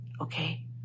okay